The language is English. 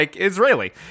Israeli